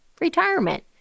retirement